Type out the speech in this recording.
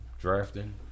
drafting